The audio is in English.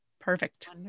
Perfect